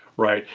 right,